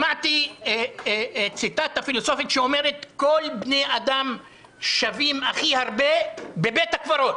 שמעתי ציטטה פילוסופית שאומרת: כל בני האדם שווים הכי הרבה בבית הקברות